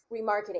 remarketing